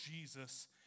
Jesus